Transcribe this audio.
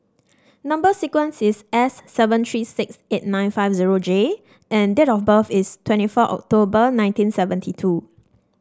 number sequence is S seven three six eight nine five zero J and date of birth is twenty four October nineteen seventy two